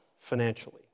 financially